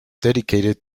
dedicated